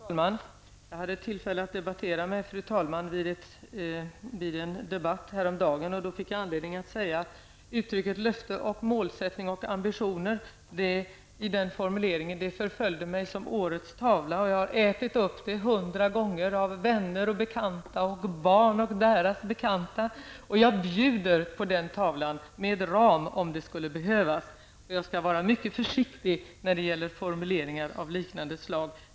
Fru talman! Jag hade tillfälle att diskutera med fru talmannen vid en debatt häromdagen, då jag fick anledning att använda uttrycket ''löfte, målsättning och ambitioner''. Denna formulering förföljde mig som om jag hade gjort årets tavla, och jag har fått äta upp det jag sade ett hundratal gånger av vänner, bekanta, barn och deras bekanta. Jag bjuder på den tavlan -- med ram, om det skulle behövas. Jag skall vara mycket försiktig när det gäller formuleringar av liknande slag.